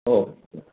हो हो